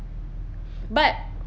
but